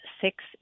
six